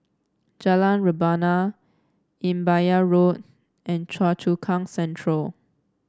Jalan Rebana Imbiah Road and Choa Chu Kang Central